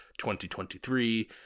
2023